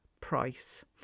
price